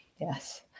Yes